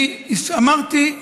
אני אמרתי,